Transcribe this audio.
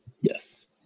Yes